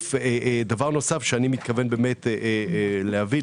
מוסיף שאני מתכוון להביא,